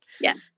Yes